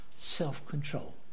self-control